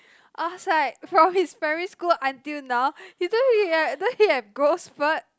I was like from his primary school until now he don't don't he have growth spurt